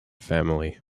family